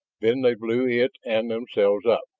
then they blew it and themselves up.